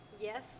Yes